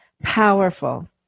powerful